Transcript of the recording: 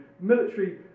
military